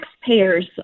taxpayers